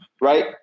right